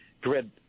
grid